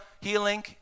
Healing